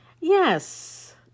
Yes